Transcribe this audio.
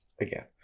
again